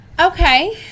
Okay